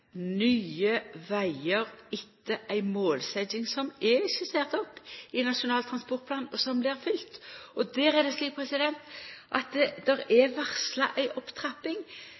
nye vegar etter ei målsetjing som er skissert opp i Nasjonal transportplan, og som blir følgd. Der er det slik at det er varsla ei opptrapping